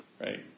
right